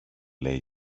λέει